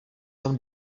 tom